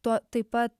tuo taip pat